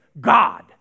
God